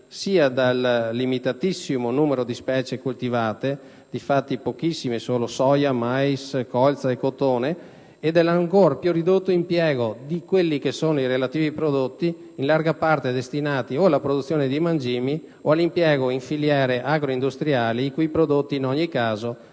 sia dal limitatissimo numero di specie coltivate - di fatto sono poche, solo soia, mais, colza e cotone - sia dall'ancor più ridotto impiego dei relativi prodotti, in larga parte destinati o alla produzione di mangimi o all'impiego in filiere agro-industriali, i cui prodotti in ogni caso non sono